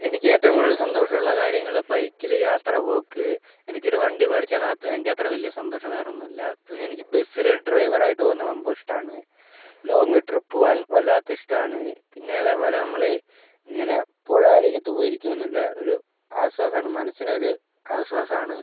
എനിക്ക് ഏറ്റവും കൂടുതൽ സന്തോഷമുള്ള കാര്യങ്ങള് ബൈക്കില് യാത്ര പോക്ക് എനിക്കൊരു വണ്ടി മേടിച്ചു തന്നാൽ അതിൻ്റെ അത്ര വലിയ സന്തോഷം വേറൊന്നില്ല പിന്നെ എനിക്ക് ബസില് ഡ്രൈവറായിട്ട് പോകുന്നത് റൊമ്പ ഇഷ്ടാണ് ലോങ്ങ് ട്രിപ്പ് പോകാൻ വല്ലാത്ത ഇഷ്ടമാണ് പിന്നെ അതേപോലെ നമ്മള് ഇങ്ങനെ പുഴ അരികത്ത് പോയിരിക്കുന്നത് ഇത് ആശ്വാസമാണ് മനസ്സിനൊരു ആശ്വാസമാണ്